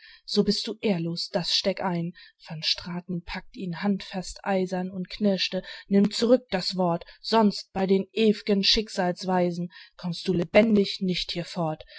so bist du ehrlos das steck ein van straten packt ihn handfest eisern und knirschte nimm zurück das wort sonst bei den ew'gen schicksalsweisern kommst du lebendig nicht hier fort